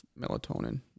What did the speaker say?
melatonin